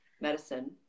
medicine